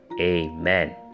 Amen